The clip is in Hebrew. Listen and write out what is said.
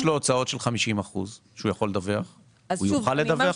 לו הוצאות של 50% שהוא יכול לדווח עליהן הוא יוכל לדווח?